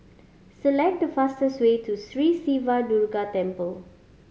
select the fastest way to Sri Siva Durga Temple